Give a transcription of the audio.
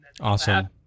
Awesome